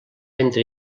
entre